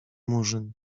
murzyn